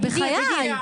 בחיי, בחיי.